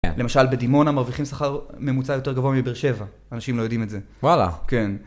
למשל בדימונה מרוויחים שכר ממוצע יותר גבוה מבאר שבע, אנשים לא יודעים את זה. וואלה. כן.